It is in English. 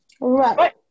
Right